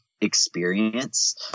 experience